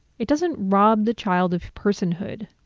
it doesn't rob the child of personhood.